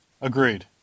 Agreed